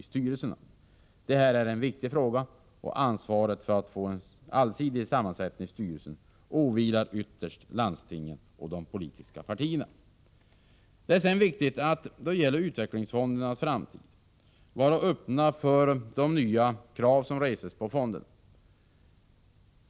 Ansvaret för att man får en allsidigt sammansatt styrelse åvilar ytterst landstingen och de politiska partierna. Utvecklingsfonderna måste i framtiden vara öppna för de nya krav som reses på fonderna.